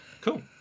Cool